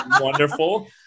wonderful